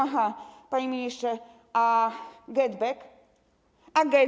Aha, panie ministrze, a GetBack?